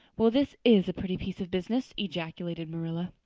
well, this is a pretty piece of business! ejaculated marilla.